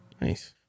Nice